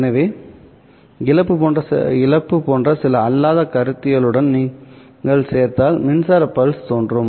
எனவே இழப்பு போன்ற சில அல்லாத கருத்தியலுடன் நீங்கள் சேர்த்தால் மின்சார பல்ஸ் வகைகள் தோன்றும்